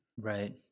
Right